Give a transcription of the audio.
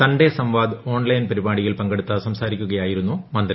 Sunday Samvad online പരിപാടിയിൽ പങ്കെടുത്ത് സംസാരിക്കുകയായിരുന്നു മന്ത്രി